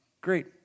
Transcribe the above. Great